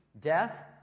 death